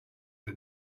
the